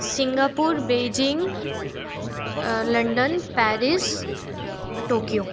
Singapore Beijing London Paris Tokyo